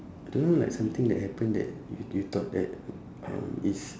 don't know like something that happened that you thought that um it's